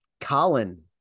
Colin